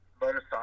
motorcycle